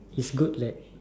it's good that